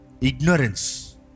Ignorance